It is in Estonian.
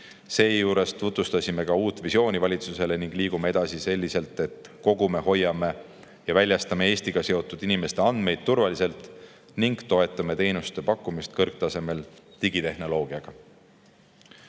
Seejuures tutvustasime ka uut visiooni valitsusele ning liigume edasi selliselt, et kogume, hoiame ja väljastame Eestiga seotud inimeste andmeid turvaliselt ning toetame teenuste pakkumist kõrgtasemel digitehnoloogiaga.